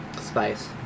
Spice